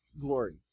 glory